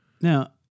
Now